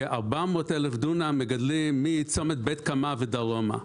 כ-400 אלף דונם מגדלים מצומת בית קמה ודרומה,